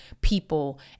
people